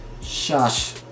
shush